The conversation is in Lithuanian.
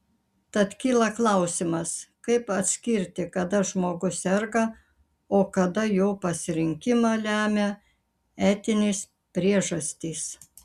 tad kyla klausimas kaip atskirti kada žmogus serga o kada jo pasirinkimą lemia etinės priežastys